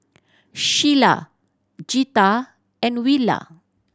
Shayla Jetta and Willa